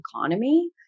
economy